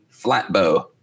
Flatbow